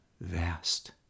vast